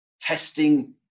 testing